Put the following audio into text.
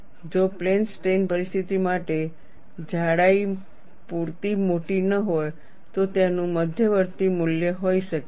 જો plane strain પરિસ્થિતિ માટે જાડાઈ પૂરતી મોટી ન હોય તો તેનું મધ્યવર્તી મૂલ્ય હોઈ શકે છે